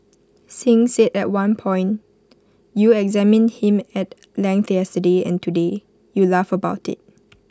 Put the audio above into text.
Singh said at one point you examined him at length yesterday and today you laugh about IT